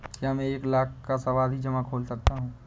क्या मैं एक लाख का सावधि जमा खोल सकता हूँ?